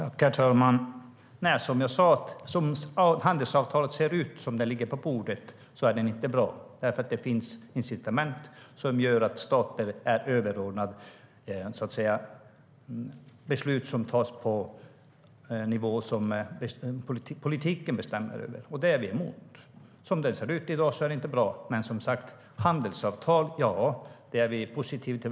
Herr ålderspresident! Som jag sa är handelsavtalet inte bra som det ser ut nu när det ligger på bordet. Det finns nämligen incitament som gör att stater är överordnade beslut som tas på nivåer där politiken bestämmer. Det är vi emot. Som det ser ut i dag är det alltså inte bra, men vi är som sagt positiva till handelsavtal.